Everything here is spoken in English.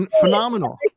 phenomenal